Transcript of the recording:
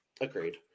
Agreed